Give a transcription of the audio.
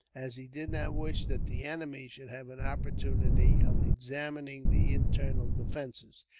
as he did not wish that the enemy should have an opportunity of examining the internal defences.